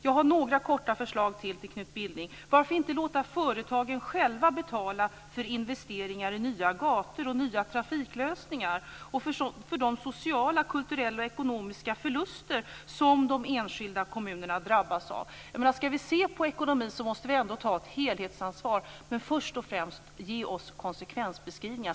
Jag har några korta förslag ytterligare till Knut Billing: Varför inte låta företagen själva betala för investeringar i nya gator och nya trafiklösningar samt för de sociala, kulturella och ekonomiska förluster som de enskilda kommunerna drabbas av? Ska vi se på ekonomin måste vi ändå ta ett helhetsansvar. Men först och främst: Ge oss konsekvensbeskrivningar!